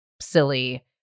silly